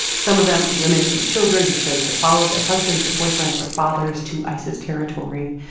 some of them are women and children who chose to follow their husbands or boyfriends or fathers to isis territory.